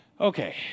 okay